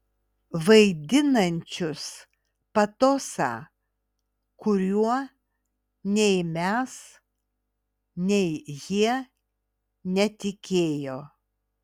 vaidinančius patosą kuriuo nei mes nei jie netikėjo